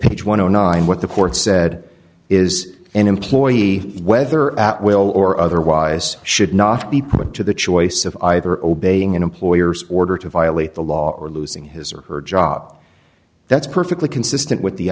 dollars what the court said is an employee whether at will or otherwise should not be put to the choice of either obeying an employer's order to violate the law or losing his or her job that's perfectly consistent with the